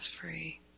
free